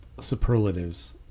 superlatives